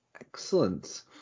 excellent